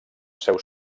seu